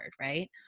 Right